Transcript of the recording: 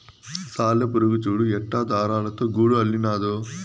సాలెపురుగు చూడు ఎట్టా దారాలతో గూడు అల్లినాదో